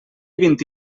vint